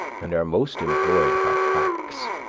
and are most employed by quacks.